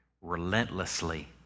relentlessly